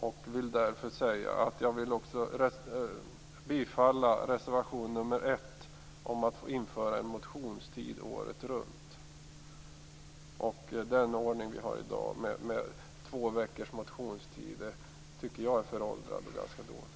Därför vill jag också säga att jag vill bifalla reservation nr 1 om att införa en motionstid året runt. Jag tycker att den ordning vi har i dag med två veckors motionstid är föråldrad och ganska dålig.